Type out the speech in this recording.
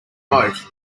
boat